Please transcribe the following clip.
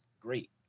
great